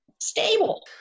stable